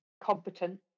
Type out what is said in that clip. competent